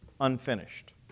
unfinished